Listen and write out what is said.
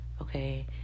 okay